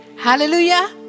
Hallelujah